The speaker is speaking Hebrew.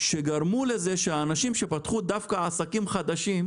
שגרמו לזה שהאנשים שפתחו דווקא עסקים חדשים,